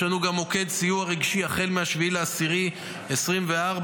יש לנו גם מוקד סיוע רגשי החל מ-7 באוקטובר 2024,